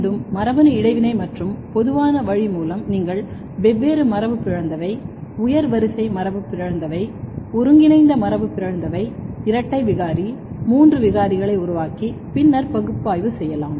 மீண்டும் மரபணு இடைவினை மற்றும் பொதுவான வழி மூலம் நீங்கள் வெவ்வேறு மரபுபிறழ்ந்தவை உயர் வரிசை மரபுபிறழ்ந்தவை ஒருங்கிணைந்த மரபுபிறழ்ந்தவை இரட்டை விகாரி மூன்று விகாரிகளை உருவாக்கி பின்னர் பகுப்பாய்வு செய்யலாம்